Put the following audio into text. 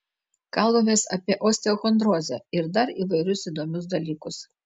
kalbamės apie osteochondrozę ir dar įvairius įdomius dalykus